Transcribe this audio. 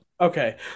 Okay